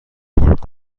پارک